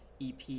EP –